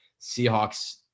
seahawks